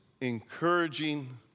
encouraging